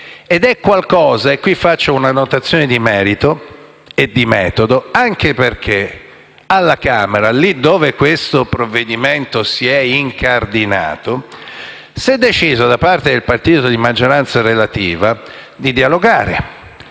Ed è qualcosa - e qui faccio una notazione di merito e di metodo - anche perché alla Camera, dove il provvedimento si è incardinato, si è deciso da parte del partito di maggioranza relativa di dialogare